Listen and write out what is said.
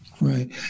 Right